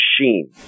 machine